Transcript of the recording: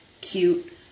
cute